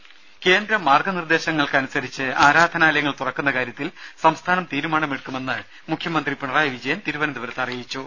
ദേദ കേന്ദ്ര മാർഗ്ഗനിർദ്ദേശങ്ങൾക്കനുസരിച്ച് ആരാധനാലയങ്ങൾ തുറക്കുന്ന കാര്യത്തിൽ സംസ്ഥാനം തീരുമാനമെടുക്കുമെന്ന് മുഖ്യമന്ത്രി പിണറായി വിജയൻ പറഞ്ഞു